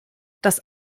dass